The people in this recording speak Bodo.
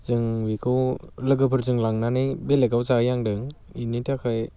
जों बेखौ लोगोफोरजों लांनानै बेलेगाव जाहैनो सानदों बेनि थाखाय